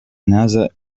another